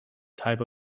type